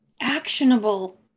actionable